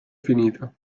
finita